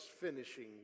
finishing